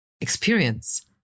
experience